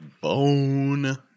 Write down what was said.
bone